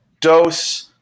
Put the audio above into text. dose